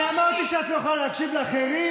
כי אמרתי שאת לא יכולה להקשיב לאחרים?